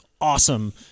awesome